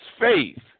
faith